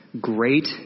Great